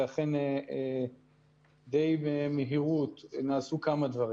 ואכן די במהירות נעשו כמה דברים.